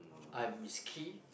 I'm risky